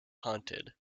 haunted